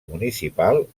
municipal